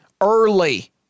early